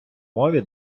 мові